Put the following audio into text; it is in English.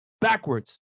backwards